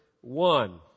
one